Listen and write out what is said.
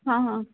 हां हां